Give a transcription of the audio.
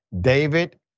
David